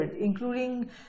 including